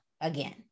Again